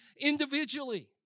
individually